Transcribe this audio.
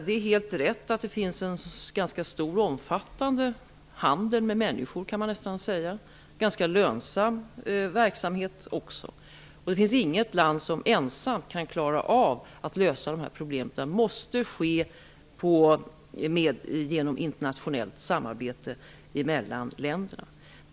Det är helt riktigt att det förekommer en omfattande handel med människor, som också är en ganska lönsam verksamhet. Inget land kan ensamt klara av att lösa de här problemen, utan det måste ske genom ett internationellt samarbete mellan länderna.